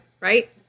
right